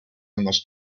must